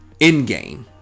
Endgame